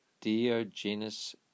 Diogenes